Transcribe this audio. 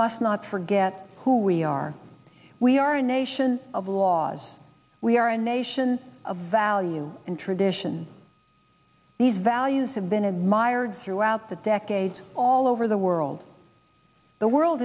must not forget who we are we are a nation of laws we are a nation of value and tradition these values have been admired throughout the decades all over the world the world